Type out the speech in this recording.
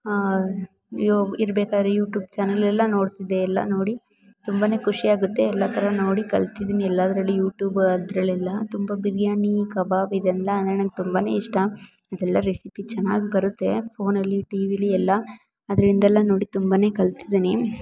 you ಇರ್ಬೇಕಾದ್ರೆ YouTube ಚಾನಲೆಲ್ಲ ನೋಡ್ತಿದ್ದೆ ಎಲ್ಲ ನೋಡಿ ತುಂಬ ಖುಷಿ ಆಗುತ್ತೆ ಎಲ್ಲ ಥರ ನೋಡಿ ಕಲ್ತಿದೀನಿ ಎಲ್ಲಾದರಲ್ಲಿ ಯೂಟೂಬ್ ಅದರಲ್ಲೆಲ್ಲ ತುಂಬ ಬಿರ್ಯಾನಿ ಕಬಾಬ್ ಇದೆಲ್ಲ ಅಂದರೆ ನಂಗೆ ತುಂಬ ಇಷ್ಟ ಅದೆಲ್ಲ ರೆಸಿಪಿ ಚೆನ್ನಾಗಿ ಬರುತ್ತೆ ಫೋನಲ್ಲಿ ಟಿವಿಲಿ ಎಲ್ಲ ಅದರಿಂದೆಲ್ಲ ನೋಡಿ ತುಂಬ ಕಲ್ತಿದೀನಿ